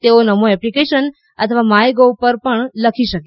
તેઓ નમો એપ્લિકેશન અથવા માયગોવ પર પણ લખી શકે છે